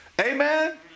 Amen